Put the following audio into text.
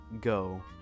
go